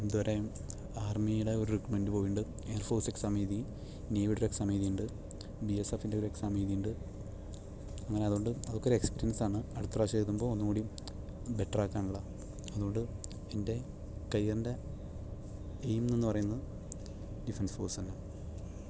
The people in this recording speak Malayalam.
ഇതുവരെ ആർമിയുടെ ഒരു റിക്രൂട്ടിമെന്റിനു പോയിട്ടുണ്ട് എയർഫോഴ്സ് എക്സാം എഴുതി നേവി ഒരു എക്സാം എഴുതിയിട്ടുണ്ട് ബി എസ് എഫിന്റെ ഒരു എക്സാം എഴിതിയിട്ടുണ്ട് അങ്ങനെ അതുകൊണ്ട് അതൊക്കെ ഒരു എക്സ്റ്റെൻസ് ആണ് അടുത്തപ്രാവശ്യം എഴുതുമ്പോൾ ഒന്നുകൂടി ബെറ്റർ ആക്കാനുള്ള അതുകൊണ്ട് എൻ്റെ കരിയറിന്റെ എയിം എന്ന് പറയുന്നത് ഡിഫെൻസ് ഫോഴ്സ് ആണ്